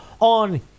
on